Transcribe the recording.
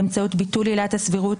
באמצעות ביטול עילת הסבירות,